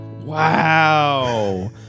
Wow